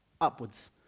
upwards